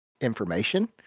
information